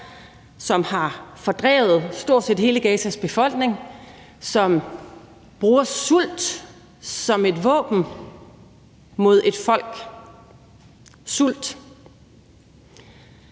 som har fordrevet stort set hele Gazas befolkning; som bruger sult som et våben mod et folk – sult.